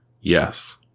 Yes